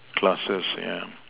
classes yeah